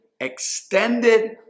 extended